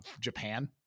Japan